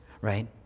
right